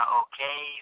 okay